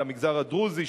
למגזר הדרוזי,